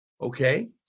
okay